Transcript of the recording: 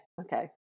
Okay